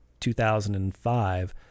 2005